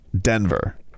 Denver